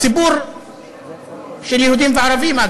ציבור של יהודים וערבים,